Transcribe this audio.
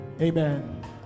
Amen